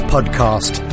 Podcast